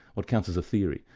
what counts as a theory?